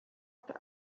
cup